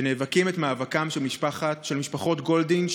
שנאבקים את מאבקן של המשפחות גולדין,